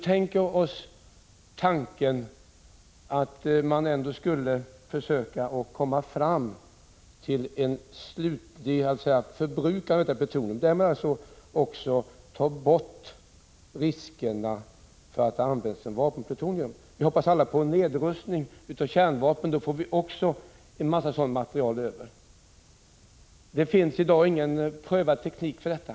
Vi måste ändå komma fram till en slutlig förbrukning av detta plutonium och därmed också undgå riskerna för att det används till vapenplutonium. Vi hoppas alla på en nedrustning av kärnvapnen, och då blir det också en mängd sådant material över. Det finns för närvarande ingen beprövad teknik för detta.